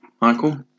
Michael